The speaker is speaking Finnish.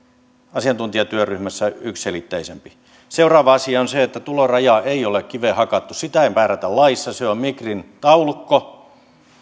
asiantuntijatyöryhmässä yksiselitteisempää seuraava asia on se että tuloraja ei ole kiveen hakattu sitä ei määrätä laissa se on migrin taulukko